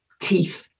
teeth